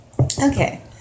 Okay